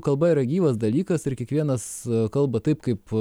kalba yra gyvas dalykas ir kiekvienas kalba taip kaip